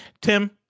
Tim